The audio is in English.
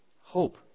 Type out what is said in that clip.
Hope